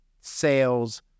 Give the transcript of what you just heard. sales